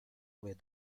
where